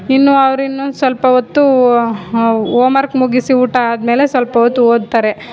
ಇನ್ನು ಅವರು ಇನ್ನೊಂದು ಸ್ವಲ್ಪ ಹೊತ್ತೂ ಓಮ್ ವರ್ಕ್ ಮುಗಿಸಿ ಊಟ ಆದಮೇಲೆ ಸ್ವಲ್ಪ ಹೊತ್ತು ಓದ್ತಾರೆ